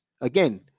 Again